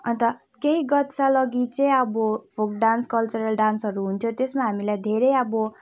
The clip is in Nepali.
अन्त केही गत सालअघि चाहिँ अब फोल्क डान्स कल्चरल डान्सहरू हुन्थ्यो त्यसमा हामीलाई धेरै अब